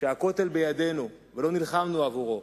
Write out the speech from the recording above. שהכותל בידינו ולא נלחמנו עבורו,